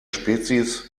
spezies